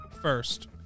first